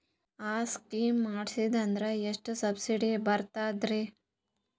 ಆ ಸ್ಕೀಮ ಮಾಡ್ಸೀದ್ನಂದರ ಎಷ್ಟ ಸಬ್ಸಿಡಿ ಬರ್ತಾದ್ರೀ?